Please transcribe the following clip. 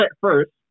first